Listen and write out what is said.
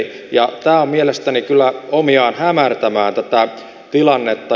tämä on mielestäni kyllä omiaan hämärtämään tätä tilannetta